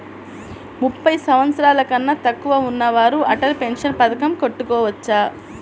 ముప్పై సంవత్సరాలకన్నా తక్కువ ఉన్నవారు అటల్ పెన్షన్ పథకం కట్టుకోవచ్చా?